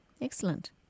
Excellent